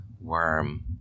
Worm